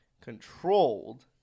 controlled